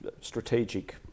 strategic